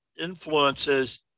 influences